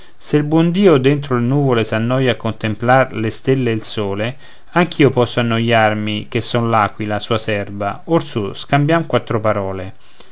se il buon dio dentro le nuvole s'annoia a contemplar le stelle e il sole anch'io posso annoiarmi che son l'aquila sua serva orsù scambiam quattro parole